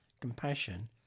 compassion